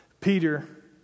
Peter